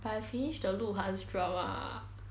but I finish the lu han's drama